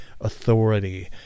authority